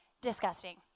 disgusting